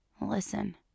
Listen